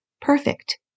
Perfect